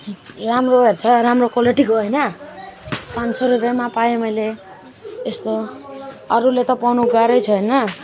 राम्रोहरू छ राम्रो क्वालिटीको होइन पाँच सय रुपियाँमा पाएँ मैले यस्तो अरूले त पाउनु गाह्रै छ होइन